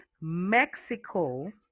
Mexico